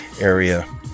area